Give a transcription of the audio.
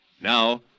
Now